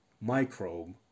microbe